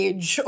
Age